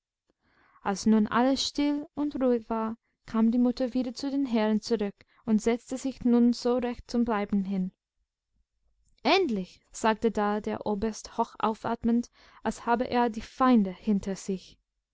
als nun alles still und ruhig war kam die mutter wieder zu den herren zurück und setzte sich nun so recht zum bleiben hin endlich sagte da der oberst hoch aufatmend als habe er die feinde hinter sich